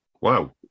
Wow